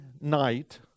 night